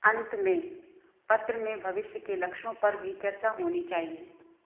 अंत में पत्र में भविष्य के लक्ष्यों पर भी चर्चा होनी चाहिए